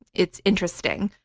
it's interesting.